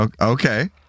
Okay